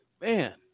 man